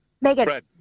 Megan